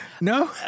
No